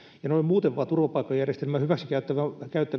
ja noin muuten vain turvapaikkajärjestelmää hyväksikäyttävien